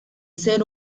ser